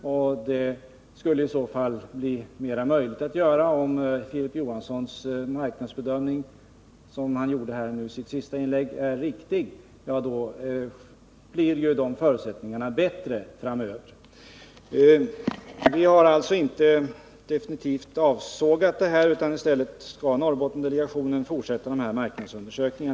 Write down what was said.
Och om den marknadsbedömning som Filip Johansson gjorde i sitt senaste inlägg är riktig, blir förutsättningarna också bättre framöver för sådan tillverkning. Vi har alltså inte definitivt sågat av denna möjlighet, utan Norrbottensdelegationen skall fortsätta sina undersökningar.